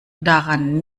daran